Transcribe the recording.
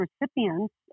recipients